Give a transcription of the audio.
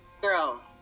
Girl